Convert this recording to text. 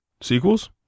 Sequels